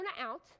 out